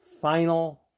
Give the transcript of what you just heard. final